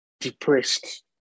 depressed